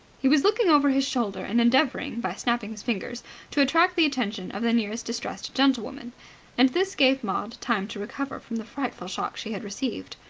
he was looking over his shoulder and endeavouring by snapping his fingers to attract the attention of the nearest distressed gentlewoman and this gave maud time to recover from the frightful shock she had received.